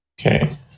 Okay